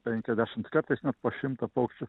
penkiasdešimt kartais net po šimtą paukščių